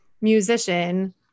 musician